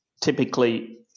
typically